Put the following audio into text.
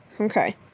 okay